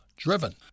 Driven